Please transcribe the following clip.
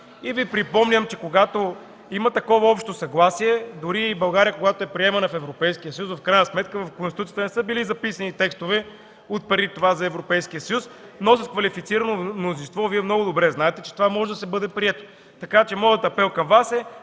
Припомням Ви, че когато има такова общо съгласие, дори когато България е приемана в Европейския съюз, в крайна сметка в Конституцията не са били записани текстове от преди това за Европейския съюз, но с квалифицирано мнозинство Вие много добре знаете, че това може да бъде прието. Моят апел към Вас е: